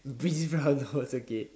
be round host okay